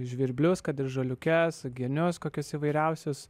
žvirblius kad ir žaliukes genius kokius įvairiausius